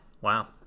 Wow